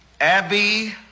Abby